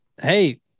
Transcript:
Hey